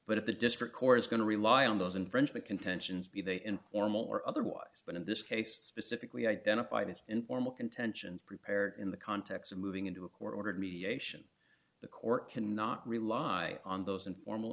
but if the district court is going to rely on those infringement contentions be they informal or otherwise but in this case specifically identified as informal contentions prepared in the context of moving into a court ordered mediation the court cannot rely on those informal